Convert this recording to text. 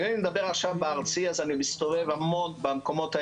אני מדבר עכשיו ארצי אז אני מסתובב המון במקומות האלה,